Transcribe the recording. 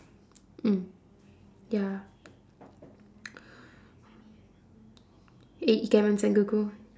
mm ya play ikemen sengoku